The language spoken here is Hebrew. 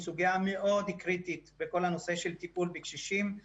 היא סוגיה מאוד קריטית בכל הנושא של טיפול בקשישים.